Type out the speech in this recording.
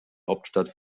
hauptstadt